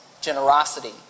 generosity